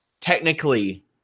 technically